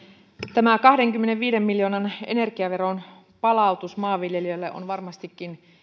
tämä kahdenkymmenenviiden miljoonan energiaveron palautus maanviljelijöille on varmastikin